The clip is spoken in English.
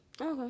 Okay